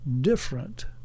different